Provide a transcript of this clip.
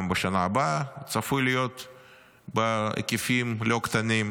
גם בשנה הבאה הוא צפוי להיות בהיקפים לא קטנים.